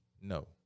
No